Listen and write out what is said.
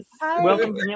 Welcome